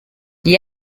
gli